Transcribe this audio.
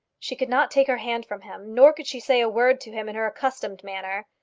she could not take her hand from him, nor could she say a word to him in her accustomed manner.